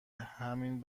همین